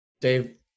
Dave